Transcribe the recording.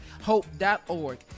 Hope.org